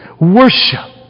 worship